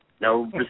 no